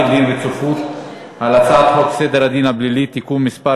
דין רציפות על הצעת חוק סדר הדין הפלילי (תיקון מס'